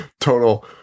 Total